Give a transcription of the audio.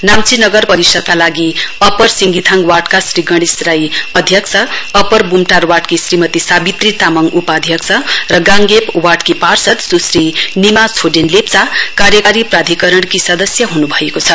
नाम्ची नगर परिषदका लागि अप्पर सिंगियाङ वार्डका श्री गणेष राई अध्यक्ष अप्पर बुमटार वार्डकी श्रीमती सावित्री तामाङ उपाध्यक्ष र गाङगेप वार्डकी पार्षद स्श्री निमा छोडेन लेप्चा कार्यकारी प्रधिकरणकी सदस्य हनुभएको छ